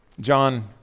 John